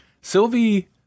Sylvie